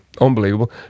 Unbelievable